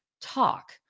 talk